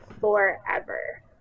forever